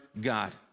God